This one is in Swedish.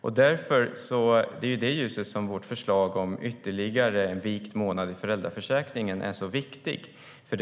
Det är i det ljuset som vårt förslag om ytterligare en vikt månad i föräldraförsäkringen är viktigt.